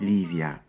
Livia